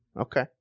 okay